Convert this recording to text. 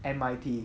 M_I_T